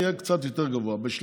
הוא יהיה קצת יותר גבוה.